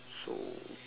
so